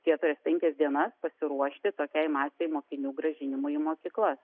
kiek penkias dienas pasiruošti tokiai masei mokinių grąžinimui į mokyklas